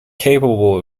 capable